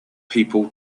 people